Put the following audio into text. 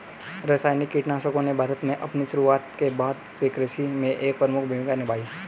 रासायनिक कीटनाशकों ने भारत में अपनी शुरुआत के बाद से कृषि में एक प्रमुख भूमिका निभाई है